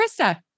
Krista